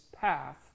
path